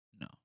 No